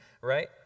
right